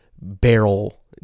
barrel